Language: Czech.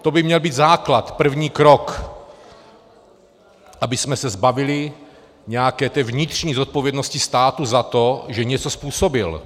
To by měl být základ, první krok, abychom se zbavili nějaké té vnitřní zodpovědnosti státu za to, že něco způsobil.